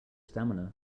stamina